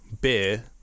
beer